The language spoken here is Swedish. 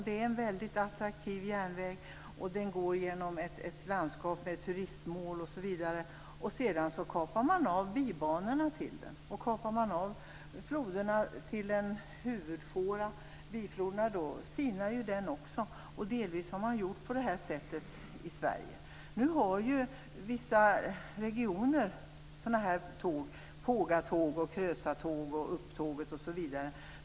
En väldigt attraktiv järnväg som går genom ett landskap med olika turistmål där man kapar av bibanorna kan jämföras med en huvudfåra där man kapar av bifloderna - då sinar ju huvudfåran. Delvis har man gjort på det sättet i Sverige. Sådana här tåg finns i vissa regioner. Det är pågatåg, krösatåg, osv.